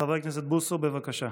חבר הכנסת בוסו, בבקשה.